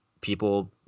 people